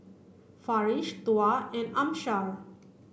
Farish Tuah and Amsyar